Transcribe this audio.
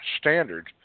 standard